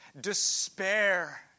despair